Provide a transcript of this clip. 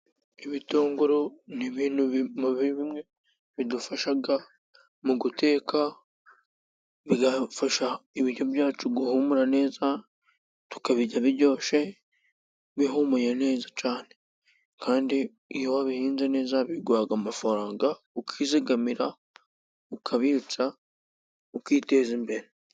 Ibitunguru ni ibintu bimwe bidufasha mu guteka, bigafasha ibiryo byacu guhumura neza, tukabirya biryoshe, bihumura neza cyane, kandi iyo wabihinze neza biguhaga amafaranga ukizigamira, ukabitsa, ukiteza imbere.